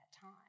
time